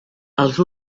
els